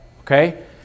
Okay